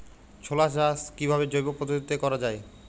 ছোলা চাষ কিভাবে জৈব পদ্ধতিতে করা যায়?